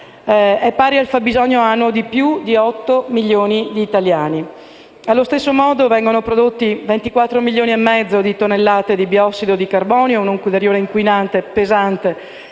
pari al fabbisogno annuo di più di 8 milioni di italiani. Allo stesso modo, vengono prodotti 24,5 milioni di tonnellate di biossido di carbonio, un quantitativo inquinante pesante